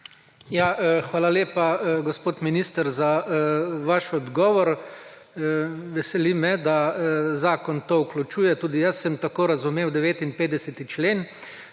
Hvala lepa, gospod minister, za vaš odgovor. Veseli me, da zakon to vključuje. Tudi jaz sem tako razumel 59. člen.